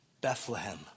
Bethlehem